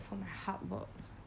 for my hard work